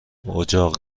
اجاق